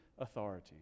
authority